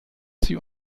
sie